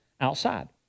outside